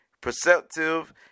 perceptive